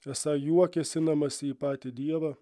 esą juo kėsinamasi į patį dievą